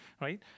right